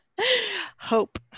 Hope